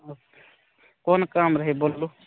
कोन काम रहै बोलू